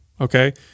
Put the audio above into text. okay